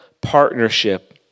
partnership